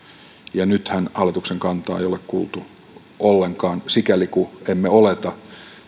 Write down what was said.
ja nythän hallituksen kantaa ei ole kuultu ollenkaan sikäli kuin emme oleta